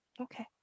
Okay